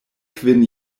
kvin